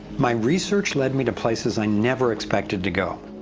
my research led me to places i never expected to go,